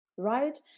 Right